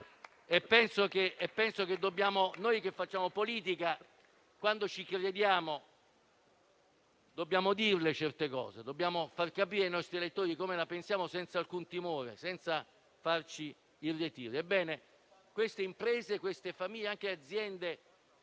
e penso che noi che facciamo politica, quando ci crediamo, dobbiamo dirle certe cose. Dobbiamo far capire ai nostri elettori come la pensiamo, senza alcun timore e senza farci irretire. Queste imprese e queste famiglie - si